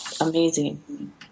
amazing